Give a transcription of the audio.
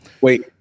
wait